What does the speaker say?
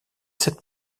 cette